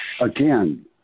Again